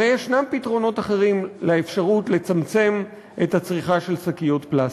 הרי יש פתרונות אחרים לאפשרות לצמצם את הצריכה של שקיות פלסטיק.